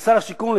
כשר השיכון,